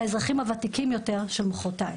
והאזרחים הוותיקים יותר של מחרתיים,